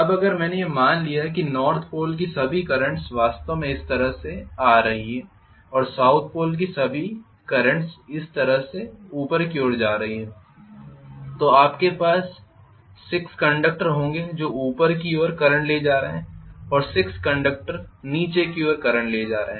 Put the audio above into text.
अब अगर मैंने यह मान लिया कि नॉर्थ पोल की सभी करेंट्स वास्तव में इस तरह से आ रही हैं और साउथ पोल की सभी करेंट्स इस तरह ऊपर की ओर जा रही हैं तो आपके पास 6 कंडक्टर होंगे जो ऊपर की ओर करेंट्स ले जा रहे हैं और 6 कंडक्टर नीचे की ओर करेंट्स ले जा रहे हैं